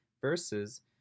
versus